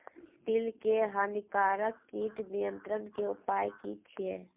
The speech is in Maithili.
तिल के हानिकारक कीट नियंत्रण के उपाय की छिये?